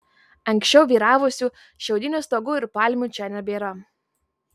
anksčiau vyravusių šiaudinių stogų ir palmių čia nebėra